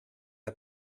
n’a